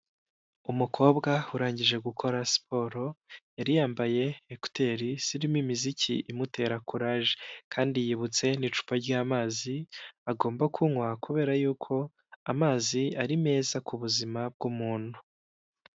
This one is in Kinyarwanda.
Umukobwa urangije gukora siporo yari yambaye ekuteri zirimo imiziki imutera kuraje kandi yibutse n'icupa ry'amazi agomba kunywa kubera yuko amazi ari meza ku buzima bw'umuntu.